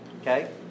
Okay